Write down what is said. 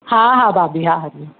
हा हा भाभी हा हरिओम